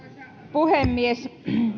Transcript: puhemies